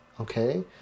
Okay